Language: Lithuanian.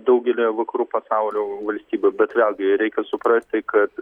daugelyje vakarų pasaulio valstybių bet vėlgi reikia suprasti kad